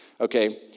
Okay